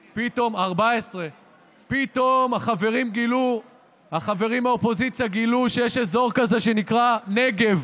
14. פתאום החברים מהאופוזיציה גילו שיש אזור כזה שנקרא נגב,